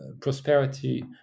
prosperity